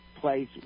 place